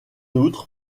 outre